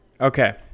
okay